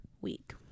week